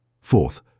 Fourth